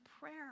prayer